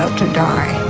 to die